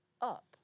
up